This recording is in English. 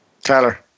Tyler